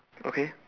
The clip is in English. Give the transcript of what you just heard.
okay